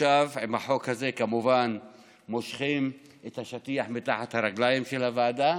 ועכשיו עם החוק הזה כמובן מושכים את השטיח מתחת הרגליים של הוועדה.